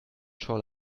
shall